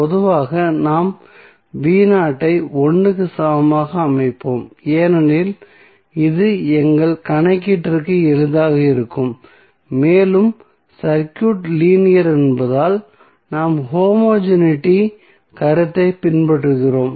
பொதுவாக நாம் ஐ 1 க்கு சமமாக அமைப்போம் ஏனெனில் இது எங்கள் கணக்கீட்டிற்கு எளிதாக இருக்கும் மேலும் சர்க்யூட் லீனியர் என்பதால் நாம் ஹோமோஜெனிட்டி கருத்தை பின்பற்றுகிறோம்